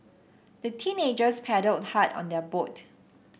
the teenagers paddled hard on their boat